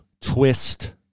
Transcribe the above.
twist